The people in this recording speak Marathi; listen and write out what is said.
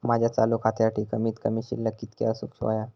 माझ्या चालू खात्यासाठी कमित कमी शिल्लक कितक्या असूक होया?